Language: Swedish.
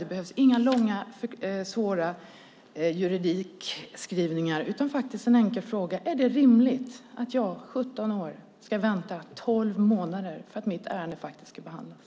Det behövs inga långa svåra juridiska skrivningar, utan det räcker med en enkel fråga: Är det rimligt att jag, 17 år, ska vänta tolv månader på att mitt ärende ska behandlas?